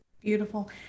Beautiful